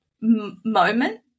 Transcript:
moment